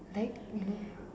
like you know